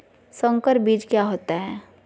संकर बीज क्या होता है?